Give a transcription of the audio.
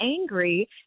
angry